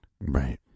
Right